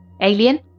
Alien